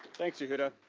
thanks yehuda.